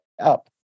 up